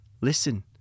Listen